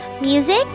music